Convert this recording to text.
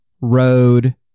road